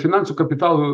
ir finansų kapitalo